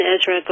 Ezra